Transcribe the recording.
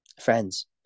Friends